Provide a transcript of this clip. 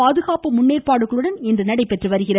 பாதுகாப்பு முன்னேற்பாடுகளுடன் நடைபெறுகிறது